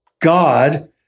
God